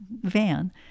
Van